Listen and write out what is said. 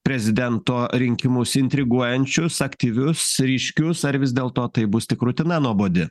prezidento rinkimus intriguojančius aktyvius ryškius ar vis dėlto tai bus tik rutina nuobodi